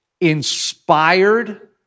inspired